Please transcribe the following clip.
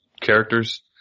characters